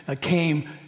came